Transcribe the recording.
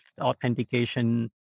authentication